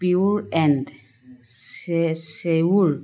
pure and sure